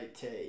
take